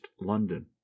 London